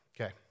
Okay